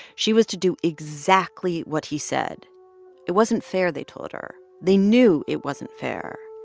she was to do exactly what he said it wasn't fair, they told her. they knew it wasn't fair.